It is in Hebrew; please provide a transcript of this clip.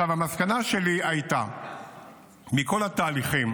המסקנה שלי מכל התהליכים